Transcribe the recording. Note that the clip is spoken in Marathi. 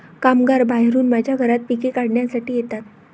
कामगार बाहेरून माझ्या घरात पिके काढण्यासाठी येतात